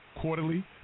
quarterly